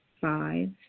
Five